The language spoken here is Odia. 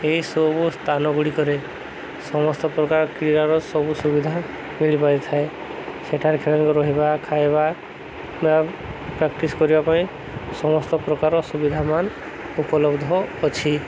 ଏହିସବୁ ସ୍ଥାନ ଗୁଡ଼ିକରେ ସମସ୍ତ ପ୍ରକାର କ୍ରୀଡ଼ାର ସବୁ ସୁବିଧା ମିଳିପାରିଥାଏ ସେଠାରେ ଖେଳାଳୀଙ୍କୁ ରହିବା ଖାଇବା ବା ପ୍ରାକ୍ଟିସ୍ କରିବା ପାଇଁ ସମସ୍ତ ପ୍ରକାର ସୁବିଧାମାନ ଉପଲବ୍ଧ ଅଛି